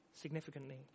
significantly